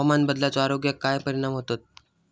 हवामान बदलाचो आरोग्याक काय परिणाम होतत?